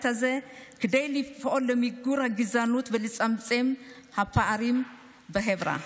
הזה כדי לפעול למיגור הגזענות ולצמצום הפערים בחברה.